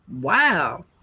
Wow